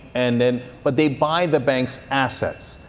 and and but they by the bank's assets,